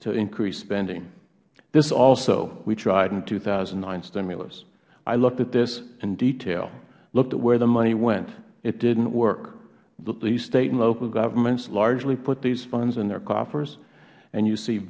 to increase spending this also we tried in the two thousand and nine stimulus i looked at this in detail looked at where the money went it didn't work these state and local governments largely put these funds in their coffers and you see